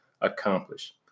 accomplish